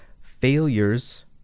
failures